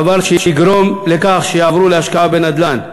דבר שיגרום לכך שיעברו להשקעה בנדל"ן,